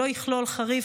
שלא יכלול חריף,